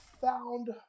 found